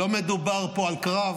לא מדובר פה על קרב,